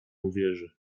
uwierzy